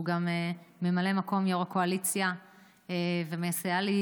שהוא גם ממלא מקום יו"ר הקואליציה ומסייע לי,